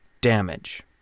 damage